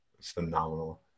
phenomenal